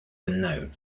unknown